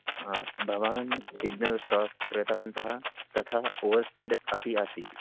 भवान् signal cross कृतवान् तथा ओवर् स्पीड् अपि आसीत्